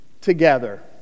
Together